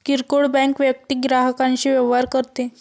किरकोळ बँक वैयक्तिक ग्राहकांशी व्यवहार करते